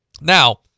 Now